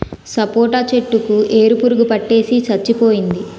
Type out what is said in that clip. సపోటా చెట్టు కి ఏరు పురుగు పట్టేసి సచ్చిపోయింది